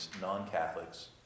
non-Catholics